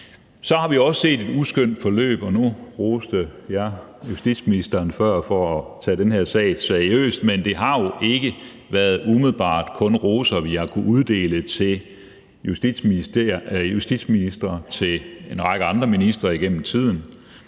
Vi har også set et uskønt forløb. Nu roste jeg før justitsministeren for at tage den her sag seriøst, men det har jo ikke umiddelbart kun været roser, vi har kunnet uddele til justitsministeren og til en række andre ministre igennem tiden.